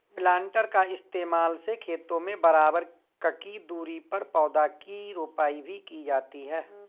planter का इस्तेमाल से खेतों में बराबर ककी दूरी पर पौधा की रोपाई भी की जाती है